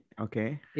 Okay